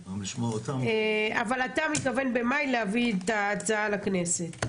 אבל אתה מתכוון במאי להביא את ההצעה לכנסת?